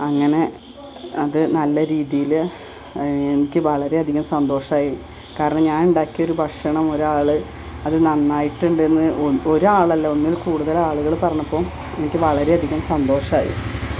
അങ്ങനെ അത് നല്ല രീതിയിൽ എനിക്ക് വളരെയധികം സന്തോഷമായി കാരണം ഞാൻ ഉണ്ടാക്കിയ ഒരു ഭഷണം ഒരാൾ അത് നന്നായിട്ടുണ്ടെന്ന് ഒരാളല്ല ഒന്നിൽ കൂടുതൽ ആളുകൾ പറഞ്ഞപ്പോൾ എനിക്ക് വളരെയധികം സന്തോഷമായി